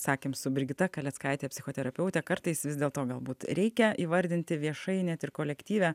sakėm su brigita kaleckaite psichoterapeute kartais vis dėlto galbūt reikia įvardinti viešai net ir kolektyve